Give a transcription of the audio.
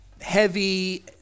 heavy